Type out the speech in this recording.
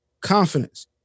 confidence